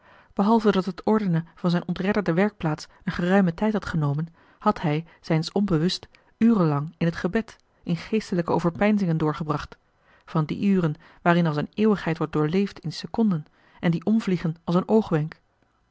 behalve dat het ordenen van zijne ontredderde werkplaats een geruimen tijd had genomen had hij zijns onbewust urenlang in t gebed in geestelijke overpeinzingen doorgebracht van die uren waarin als eene eeuwigheid wordt doorleefd in seconden en die omvliegen als een oogwenk